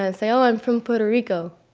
i say, oh, i'm from puerto rico.